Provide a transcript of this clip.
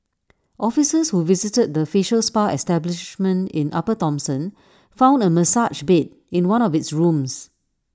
officers who visited the facial spa establishment in upper Thomson found A massage bed in one of its rooms